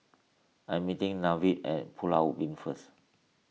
I am meeting Nevaeh at Pulau Ubin first